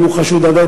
אם הוא חשוד עדיין,